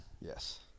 Yes